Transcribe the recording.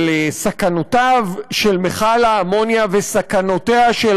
על סכנותיו של מכל האמוניה וסכנותיה של